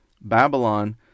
Babylon